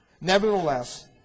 Nevertheless